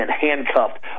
handcuffed